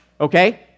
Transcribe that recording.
Okay